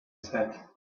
said